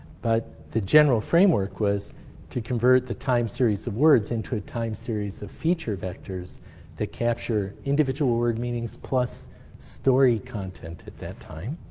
but the general framework was to convert the time series of words into a time series of feature vectors that capture individual word meanings plus story content at that time,